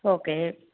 okay